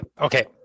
Okay